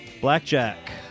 Blackjack